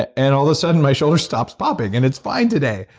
ah and all of a sudden my shoulder stops popping, and it's fine today.